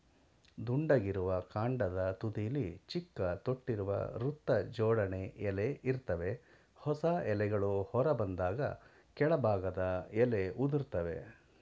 ದುಂಡಗಿರುವ ಕಾಂಡದ ತುದಿಲಿ ಚಿಕ್ಕ ತೊಟ್ಟಿರುವ ವೃತ್ತಜೋಡಣೆ ಎಲೆ ಇರ್ತವೆ ಹೊಸ ಎಲೆಗಳು ಹೊರಬಂದಾಗ ಕೆಳಭಾಗದ ಎಲೆ ಉದುರ್ತವೆ